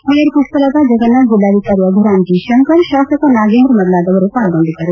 mayor Pushpalatha Jagannath ಜಿಲ್ಲಾಧಿಕಾರಿ Abhiram G Shankar ಶಾಸಕ ನಾಗೇಂದ್ರ ಮೊದಲಾದವರು ಪಾಲ್ಗೊಂಡಿದ್ದರು